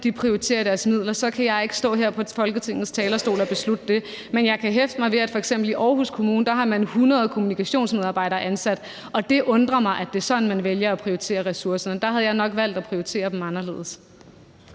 prioriterer deres midler, kan jeg ikke stå her på Folketingets talerstol og beslutte det. Men jeg kan hæfte mig ved, at man f.eks. i Aarhus Kommune har 100 kommunikationsmedarbejdere ansat, og det undrer mig, at det er sådan, man vælger at prioritere ressourcerne. Der havde jeg nok valgt at prioritere dem anderledes.